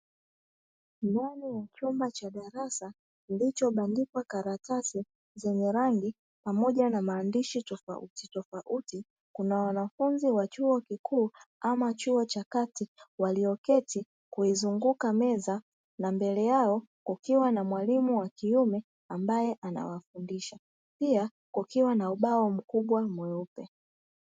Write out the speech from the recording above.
Ndani ya chumba cha darasa kilicho bandikwa karatasi, zenye rangi pamoja na maandishi tofauti tofauti, kuna wanafunzi wa chuo kikuu ama chuo cha kati walioketi kuizunguka meza na mbele yao kukiwa na mwalimu wa kiume, ambaye anawafundisha pia kukiwa na ubao mkubwa mweupe.